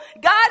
God